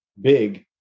big